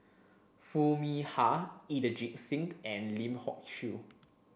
Foo Mee Har Inderjit Singh and Lim Hock Siew